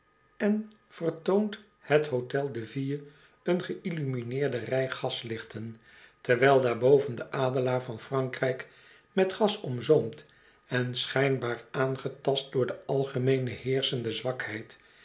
en vertoont het hotel de ville een geillumineerde rij gaslichten terwijl daarboven de adelaar van frankrijk met gas omzoomd en schijnbaar aangetast door de algemeen heerschende zwakheid